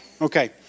Okay